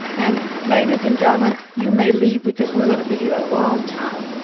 and ladies and gentlemen, you may leave because we're gonna be here a long time.